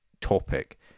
topic